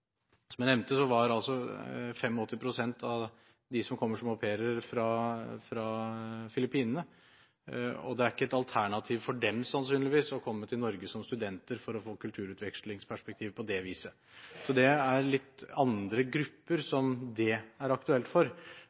som studenter f.eks. Som jeg nevnte, var altså 85 pst. av dem som kommer som au pairer, fra Filippinene, og det er sannsynligvis ikke et alternativ for dem å komme til Norge som studenter for å få kulturutvekslingsperspektiv på det viset. Det er litt andre grupper som det er aktuelt for.